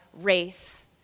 race